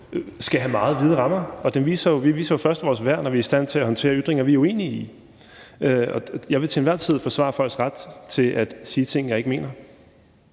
skal have meget vide rammer. Og vi viser jo først vores værd, når vi er i stand til at håndtere ytringer, vi er uenige i. Jeg vil til enhver tid forsvare folks ret til at sige ting, jeg ikke mener.